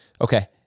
Okay